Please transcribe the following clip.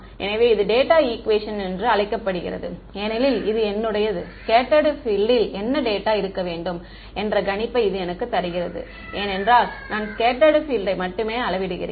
எனவே இது data equation என்று அழைக்கப்படுகிறது ஏனெனில் இது என்னுடையது ஸ்கெட்ட்டர்டு பீல்டில் என்ன டேட்டா இருக்க வேண்டும் என்ற கணிப்பை இது எனக்குத் தருகிறது ஏனென்றால் நான் ஸ்கெட்ட்டர்டு பீல்டை மட்டுமே அளவிடுகிறேன்